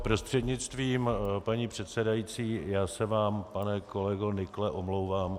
Prostřednictvím paní předsedající se vám, pane kolego Nykle, omlouvám.